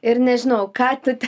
ir nežinojau ką tu ten